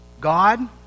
God